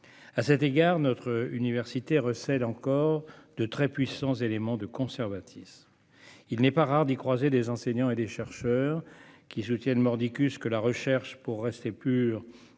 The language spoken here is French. À cet égard, notre université recèle encore de très puissants éléments de conservatisme. Il n'est pas rare d'y croiser des enseignants et des chercheurs qui soutiennent mordicus que la recherche, pour rester pure,